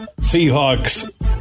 Seahawks